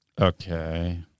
okay